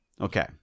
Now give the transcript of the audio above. Okay